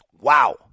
Wow